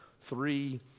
three